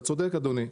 אתה צודק אדוני,